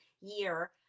year